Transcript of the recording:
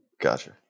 Gotcha